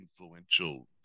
influential